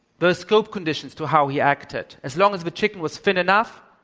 there'sscope conditions to how he acted. as long as the chicken was thin enough,